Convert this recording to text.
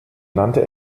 nannte